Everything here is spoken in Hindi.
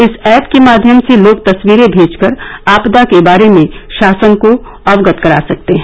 इस ऐप के माध्यम से लोग तस्वीरें मेजकर आपदा के बारे में शासन को अवगत करा सकते हैं